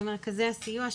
במרכזי הסיוע,